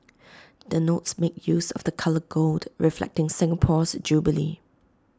the notes make use of the colour gold reflecting Singapore's jubilee